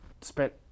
spent